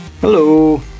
Hello